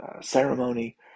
ceremony